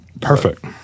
Perfect